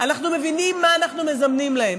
אנחנו מבינים מה אנחנו מזמנים להם.